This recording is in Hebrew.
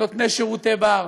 נותני שירותי בר,